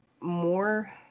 more